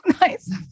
nice